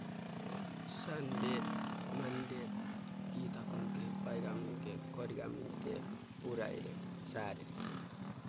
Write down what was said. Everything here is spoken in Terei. Sande, monde, kita konke, paigaminke, korigaminke, fride, sadede.